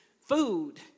food